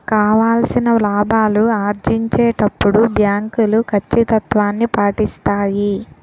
కావాల్సిన లాభాలు ఆర్జించేటప్పుడు బ్యాంకులు కచ్చితత్వాన్ని పాటిస్తాయి